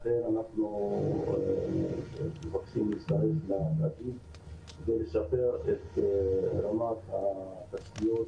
לכן אנחנו מבקשים להצטרף לתאגיד כדי לשפר את רמת התשתיות